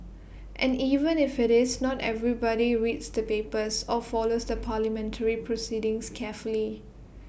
and even if IT is not everybody reads the papers or follows the parliamentary proceedings carefully